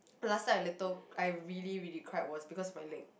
last time I little I really really cried was because of my leg